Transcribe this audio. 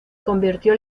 convirtió